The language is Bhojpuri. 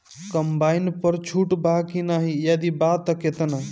कम्बाइन पर छूट बा की नाहीं यदि बा त केतना?